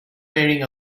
wearing